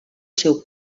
seu